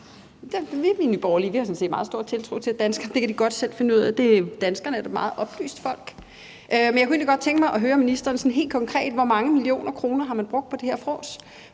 Vi i Nye Borgerlige har sådan set meget stor tiltro til, at det kan de godt selv finde ud af – danskerne er da et meget oplyst folk. Men jeg kunne egentlig godt tænke mig at høre ministeren sådan helt konkret om, hvor mange millioner kroner man har brugt på det her fråds.